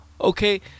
Okay